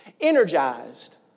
energized